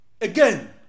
Again